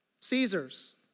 Caesar's